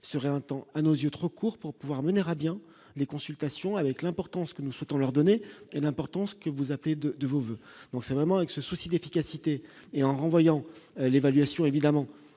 serait un temps à nos yeux trop court pour pouvoir mener à bien les consultations avec l'importance que nous souhaitons leur donner l'importance que vous appelez de de vos voeux, donc c'est vraiment avec ce souci d'efficacité et en renvoyant l'évaluation évidemment